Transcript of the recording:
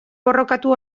borrokatu